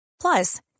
Plus